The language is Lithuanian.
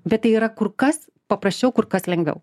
bet tai yra kur kas paprasčiau kur kas lengviau